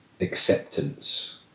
acceptance